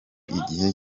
igihe